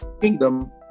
kingdom